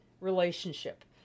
relationship